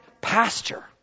pasture